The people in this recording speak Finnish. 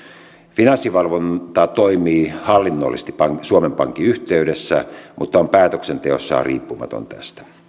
finanssivalvonta toimii hallinnollisesti suomen pankin yhteydessä mutta on päätöksenteossa riippumaton tästä